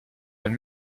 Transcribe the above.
elle